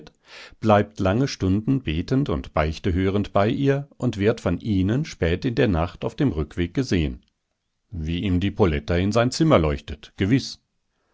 bleibt lange stunden betend und beichte hörend bei ihr und wird von ihnen spät in der nacht auf dem rückweg gesehen wie ihm die poletta in sein zimmer leuchtet gewiß